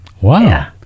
Wow